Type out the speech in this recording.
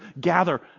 gather